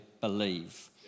believe